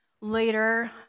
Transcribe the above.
later